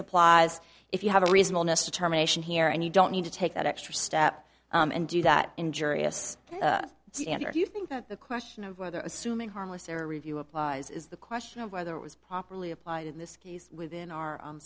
supplies if you have a reasonable mr terminations here and you don't need to take that extra step and do that injurious do you think that the question of whether assuming harmless error review applies is the question of whether it was properly applied in this case within our